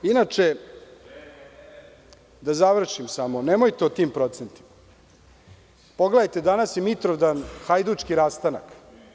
Inače, da završim, nemojte o tim procentima, pogledajte danas je Mitrovdan, hajdučki rastanak.